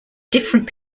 different